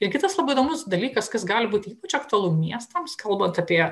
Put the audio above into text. ir kitas labai įdomus dalykas kas gali būti ypač aktualu miestams kalbant apie